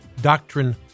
doctrine